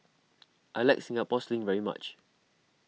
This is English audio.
I like Singapore Sling very much